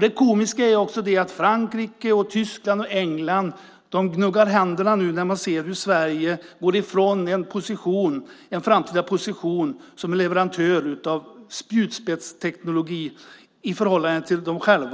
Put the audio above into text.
Det komiska är att Frankrike, Tyskland och England nu gnuggar händerna när de ser att Sverige går ifrån en framtida position som leverantör av spjutspetsteknologi i förhållande till dem själva.